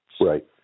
Right